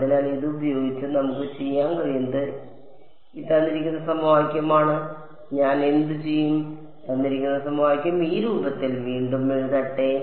അതിനാൽ ഇത് ഉപയോഗിച്ച് നമുക്ക് ചെയ്യാൻ കഴിയുന്നത് ഇതേ സമവാക്യമാണ് ഞാൻ എന്തുചെയ്യും ഈ രൂപത്തിൽ വീണ്ടും എഴുതട്ടെ